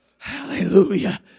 Hallelujah